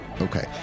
Okay